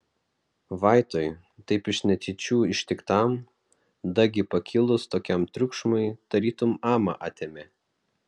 vaitui taip iš netyčių ištiktam dagi pakilus tokiam triukšmui tarytum amą atėmė